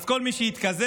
אז כל מי שהתקזז,